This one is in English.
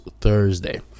Thursday